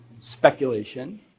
speculation